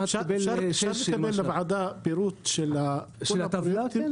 אפשר לקבל פירוט של הטבלה לוועדה?